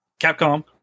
Capcom